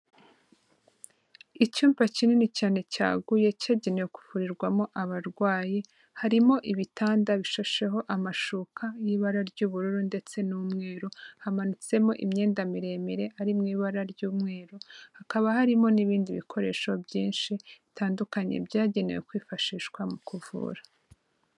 Icyumba kinini cyane cyaguye cyagenewe kuvurirwamo abarwayi, harimo ibitanda bishasheho amashuka y'ibara ry'ubururu ndetse n'umweru, hamanitsemo imyenda miremire ari mu ibara ry'umweru, hakaba harimo n'ibindi bikoresho byinshi bitandukanye byagenewe kwifashishwa mu kuvura.